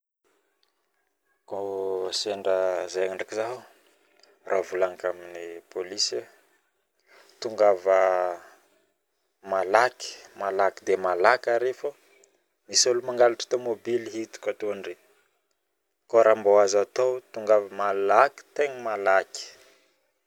Koa sendra zaigny draiky zaho raha koragnky aminy polisy togava malaky de malaky areo misy olo mangalatra tomobily hitako ato ndre koa raha mbao azo atao tonava malaky tegna malaky